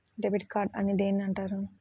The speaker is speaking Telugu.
డెబిట్ కార్డు అని దేనిని అంటారు?